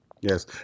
Yes